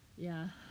ya